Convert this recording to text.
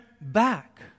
back